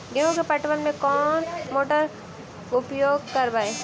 गेंहू के पटवन में कौन मोटर उपयोग करवय?